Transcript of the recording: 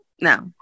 No